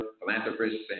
Philanthropist